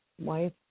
wife